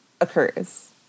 occurs